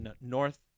north